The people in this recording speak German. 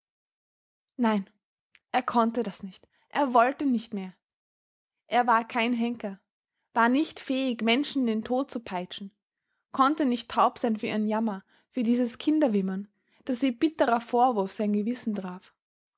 nein er konnte das nicht er wollte nicht mehr er war kein henker war nicht fähig menschen in den tod zu peitschen konnte nicht taub sein für ihren jammer für dieses kinderwimmern das wie bitterer vorwurf sein gewissen traf